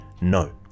No